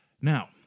Now